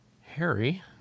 Harry